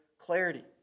clarity